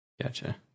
Gotcha